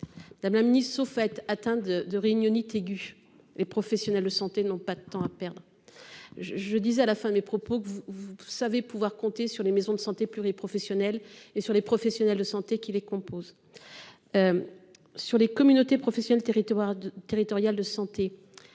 Madame la Ministre au fait. Atteint de deux réunionite aiguë et professionnels de santé, non pas de temps à perdre. Je disais à la fin, mes propos vous savez pouvoir compter sur les maisons de santé pluri-professionnelles et sur les professionnels de santé qui les composent. Sur les communautés professionnelles territoires du